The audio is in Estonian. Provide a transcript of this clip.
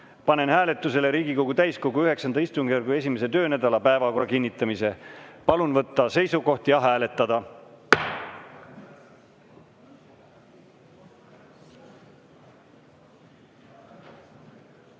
Panen hääletusele Riigikogu täiskogu IX istungjärgu 1. töönädala päevakorra kinnitamise. Palun võtta seisukoht ja hääletada!